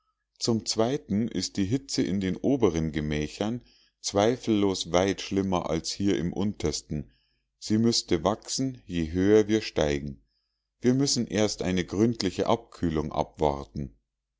zum zweiten ist die hitze in den oberen gemächern zweifellos weit schlimmer als hier im untersten sie müßte wachsen je höher wir steigen wir müssen erst eine gründliche abkühlung abwarten